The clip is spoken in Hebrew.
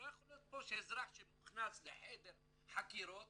לא יכול להיות שאזרח שמוכנס לחדר חקירות